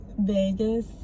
Vegas